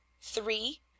Three